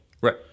Right